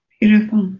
beautiful